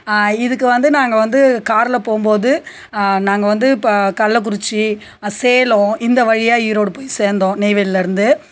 இதுக்கு வந்து நாங்கள் வந்து காரில் போகும்போது நாங்கள் வந்து இப்போ கள்ளக்குறிச்சி சேலம் இந்த வழியாக ஈரோடு போய் சேர்ந்தோம் நெய்வேலியில் இருந்து